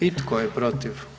I tko je protiv?